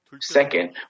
Second